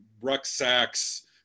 rucksacks